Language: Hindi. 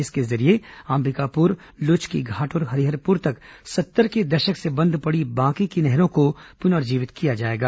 इसके जरिये अंबिकापुर लुचकीघाट और हरिहरपुर तक सत्तर के दशक से बंद पड़ी बांकी की नहरों को पुनर्जीवित किया जाएगा